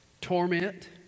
torment